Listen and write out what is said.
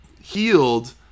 healed